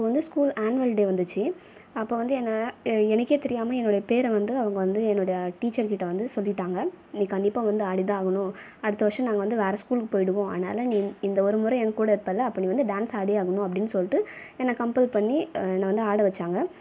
அப்போது வந்து school annual day வந்துச்சு அப்போ வந்து என்ன எனக்கே தெரியாமல் என்னோடய பேரை வந்து அவங்க வந்து என்னோடய டீச்சர் கிட்ட வந்து சொல்லிட்டாங்க நீ கண்டிப்பாக வந்து ஆடிதான் ஆகணும் அடுத்த வருஷம் நாங்கள் வந்து வேறு ஸ்கூலுக்கு போயிடுவோம் அதனால் நீ இந்த ஒருமுறை என் கூட இருப்பேலை அப்போ நீ வந்து டான்ஸ் ஆடியே ஆகணும் அப்படின்னு சொல்லிவிட்டு என்னை கம்பல் பண்ணி என்னை வந்து ஆட வைச்சாங்க